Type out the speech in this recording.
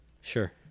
Sure